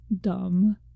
dumb